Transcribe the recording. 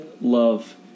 love